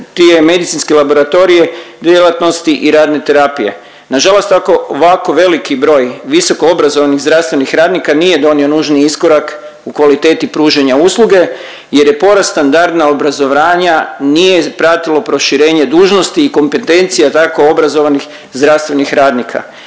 medicinske laboratorije, djelatnosti i radne terapije. Nažalost ako ovako veliki broj visokoobrazovanih zdravstvenih radnika nije donio nužni iskorak u kvaliteti pružanja usluge jer je porast standarda obrazovanja nije pratilo proširenje dužnosti i kompetencija tako obrazovanih zdravstvenih radnika.